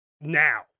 now